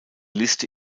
liste